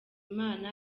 imana